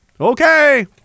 Okay